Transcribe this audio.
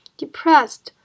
depressed